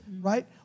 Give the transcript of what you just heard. Right